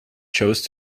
chose